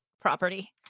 property